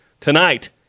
tonight